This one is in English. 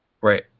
Right